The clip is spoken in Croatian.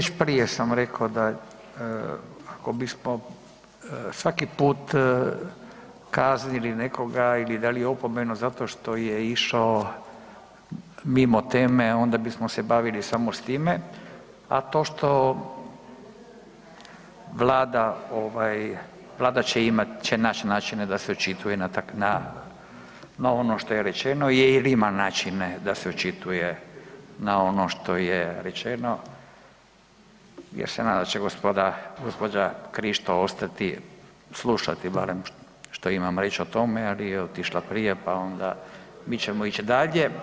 Već prije sam rekao ako bismo svaki put kaznili nekoga ili dali opomenu zato što je išao mimo teme onda bismo se bavili samo s time, a to što vlada ovaj, vlada će imat, će nać načina da se očituje na, na ono što je rečeno ili ima načine da se očituje na ono što je rečeno jer se nadam da će gospoda, gđa. Krišto ostati slušati barem što imam reć o tome, ali je otišla prije, pa onda mi ćemo ić dalje.